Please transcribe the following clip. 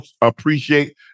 appreciate